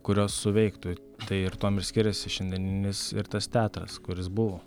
kurios suveiktų tai ir tuom ir skiriasi šiandieninis ir tas teatras kuris buvo